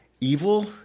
evil